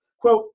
quote